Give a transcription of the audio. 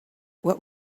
what